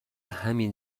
همین